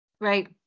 Right